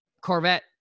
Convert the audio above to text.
Corvette